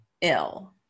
ill